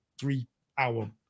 three-hour